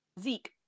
Zeke